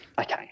Okay